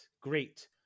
great